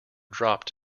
dropped